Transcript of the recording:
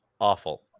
Awful